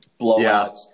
blowouts